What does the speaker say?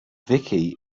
vicky